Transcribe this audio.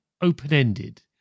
open-ended